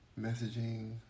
messaging